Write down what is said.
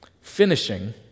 Finishing